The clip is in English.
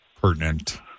pertinent